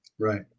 Right